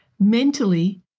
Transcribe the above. mentally